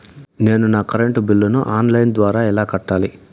నేను నా కరెంటు బిల్లును ఆన్ లైను ద్వారా ఎలా కట్టాలి?